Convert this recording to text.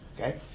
Okay